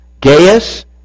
Gaius